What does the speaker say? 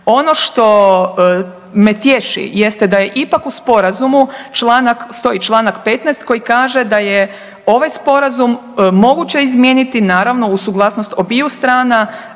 Ono što me tješi jeste da je ipak u sporazumu stoji članak 15. koji kaže da je ovaj Sporazum moguće izmijeniti naravno uz suglasnost obiju strana